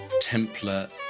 Templar